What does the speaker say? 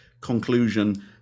conclusion